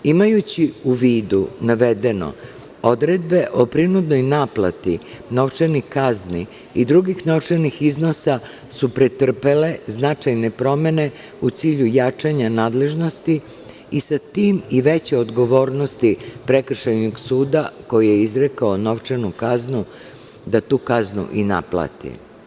Imajući u vidu navedeno, odredbe o prinudnoj naplati novčanih kazni i drugih novčanih iznosa su pretrpele značajne promene u cilju jačanja nadležnosti i sa tim i veće odgovornosti prekršajnog suda koji je izrekao novčanu kaznu, da tu kaznu i naplati.